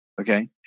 Okay